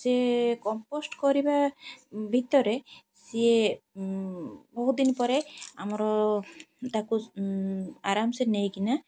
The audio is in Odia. ସେ କମ୍ପୋଷ୍ଟ କରିବା ଭିତରେ ସିଏ ବହୁତ ଦିନ ପରେ ଆମର ତାକୁ ଆରାମ ସେ ନେଇକିନା